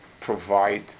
provide